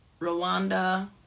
Rwanda